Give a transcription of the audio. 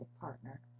partner